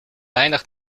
weinig